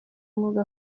umwuga